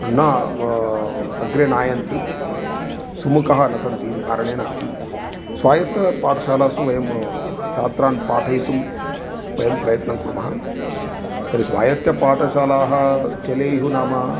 ण अग्रेनायन्ति सुमुखाः न सन्ति इति कारणेन स्वायत्तपाठशालासु वयं छात्रान् पाठयितुं वयं प्रयत्नं कुर्मः तर्हि स्वायत्तपाठशालाः चलेयुः नाम